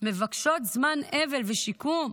זמן אבל ושיקום.